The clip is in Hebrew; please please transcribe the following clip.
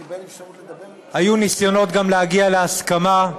היו ניסיונות גם להגיע להסכמה.